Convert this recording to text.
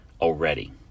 already